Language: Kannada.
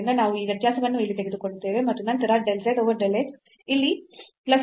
ನಾವು ಈ ವ್ಯತ್ಯಾಸವನ್ನು ಇಲ್ಲಿ ತೆಗೆದುಕೊಳ್ಳುತ್ತೇವೆ ಮತ್ತು ನಂತರ del z over del x ಇಲ್ಲಿ ಪ್ಲಸ್ ಆಗುತ್ತದೆ